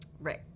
Right